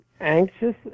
anxious